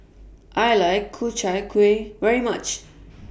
I like Ku Chai Kuih very much